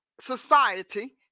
society